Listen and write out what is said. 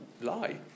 lie